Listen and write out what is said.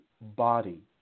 body